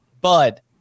Bud